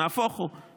נהפוך הוא.